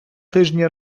тижні